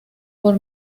por